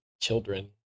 children